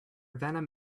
venom